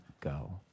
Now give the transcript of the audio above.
go